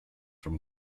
from